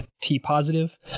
T-positive